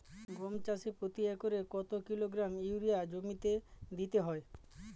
গম চাষে প্রতি একরে কত কিলোগ্রাম ইউরিয়া জমিতে দিতে হয়?